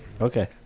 Okay